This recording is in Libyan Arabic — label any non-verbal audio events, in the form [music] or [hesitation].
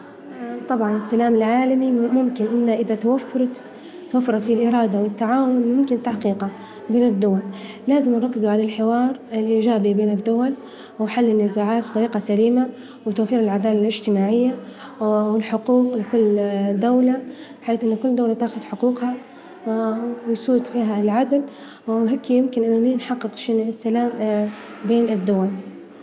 [noise] [hesitation] طبعا السلام العالمي [hesitation] ممكن إنه إذا توفرت توفرت فيه الإرادة والتعاون يمكن تحقيقه من الدول، لازم نركزوا على الحوار الإيجابي بين الدول، وحل النزاعات بطريقة سليمة، وتوفير العدالة الاجتماعية، والحقوق [hesitation] لكل [hesitation] دولة، بحيث إن كل دولة تاخذ حقوقها، ويسود فيها العدل، يمكن إني نحقق السلام [hesitation] بين الدول.